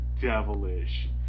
devilish